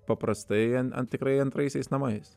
paprastai an an tikrai antraisiais namais